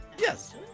yes